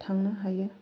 थांनो हायो